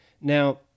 Now